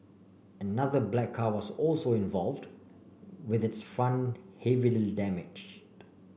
another black car was also involved with its front heavily damaged